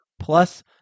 Plus